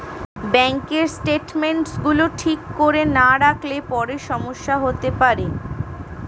ব্যাঙ্কের স্টেটমেন্টস গুলো ঠিক করে না রাখলে পরে সমস্যা হতে পারে